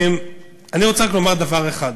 אני רוצה רק לומר דבר אחד: